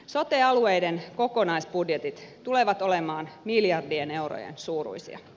sote alueiden kokonaisbudjetit tulevat olemaan miljardien eurojen suuruisia